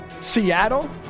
Seattle